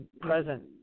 Present